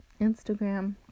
Instagram